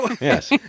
Yes